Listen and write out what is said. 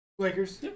Lakers